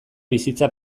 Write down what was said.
bizitza